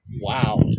Wow